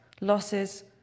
losses